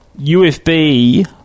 UFB